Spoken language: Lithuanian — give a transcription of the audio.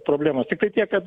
problemos tiktai tiek kad